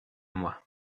moi